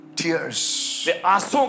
tears।